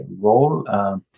role